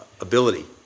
ability